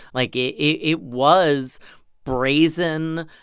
like, it it was brazen,